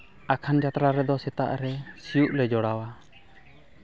ᱟᱠᱷᱟᱱ ᱡᱟᱛᱨᱟ ᱨᱮᱫᱚ ᱥᱮᱛᱟᱜ ᱨᱮ ᱥᱤᱭᱳᱜ ᱞᱮ ᱡᱚᱲᱟᱣᱟ